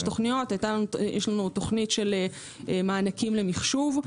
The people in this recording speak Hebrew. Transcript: הייתה לנו תוכנית של מענקים למחשוב,